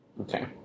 Okay